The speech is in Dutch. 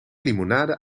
limonade